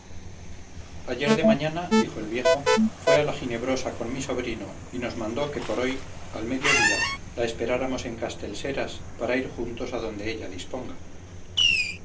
ayer de mañana dijo el viejo fue a la ginebrosa con mi sobrino y nos mandó que por hoy al mediodía la esperáramos en castellseras para ir juntos a donde ella disponga